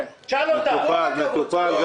כן, מטופל.